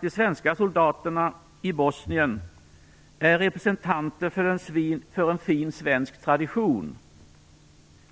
De svenska soldaterna i Bosnien är representanter för en fin svensk tradition,